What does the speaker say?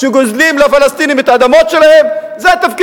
שגוזלים לפלסטינים את האדמות שלהם,